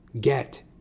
get